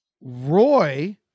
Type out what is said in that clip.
Roy